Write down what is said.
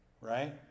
right